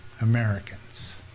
Americans